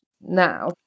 now